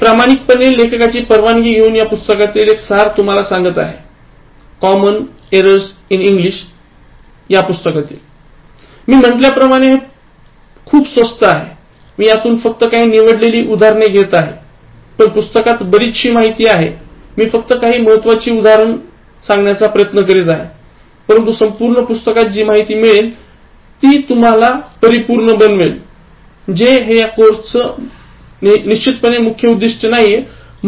मी प्रामाणिकपणे लेखकाची परवानगी घेऊन या पुस्तकातील एक सार तुम्हाला सांगत आहे Common Errors in English हे पुस्तक आहे आणि मी म्हटल्याप्रमाणे हे खूप स्वस्त आहे मी यातून फक्त काही निवडलेली उदाहरणे घेत आहे पण पुस्तकात बरीचशी माहिती आहे मी फक्त काही महत्वाचे उद्धरण सांगण्याचा प्रयत्न करीत आहे परंतु संपूर्ण पुस्तकातून जी माहिती मिळेल ती तुम्हाला परिपूर्ण बनवेल जे कोर्सचे मुख्य उद्दीष्ट नाही